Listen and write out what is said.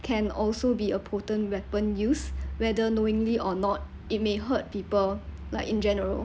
can also be a potent weapon use whether knowingly or not it may hurt people like in general